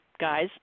guys